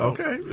Okay